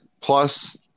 Plus